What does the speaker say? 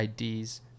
ids